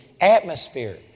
atmosphere